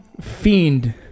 Fiend